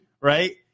right